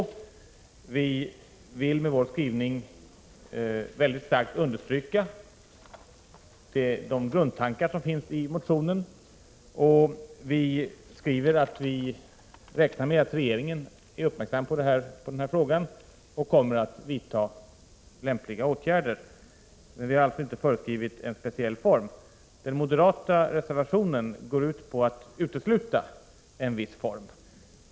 Utskottet vill med sin skrivning mycket starkt understryka de grundtankar som finns i motionen. Utskottet skriver att man räknar med att regeringen är uppmärksam på detta och kommer att vidta lämpliga åtgärder. Vi har alltså inte föreskrivit någon speciell form. Den moderata reservationen går ut på att utesluta en viss form.